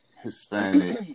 Hispanic